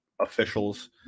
officials